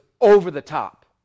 over-the-top